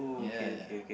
ya